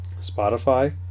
Spotify